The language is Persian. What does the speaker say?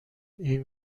این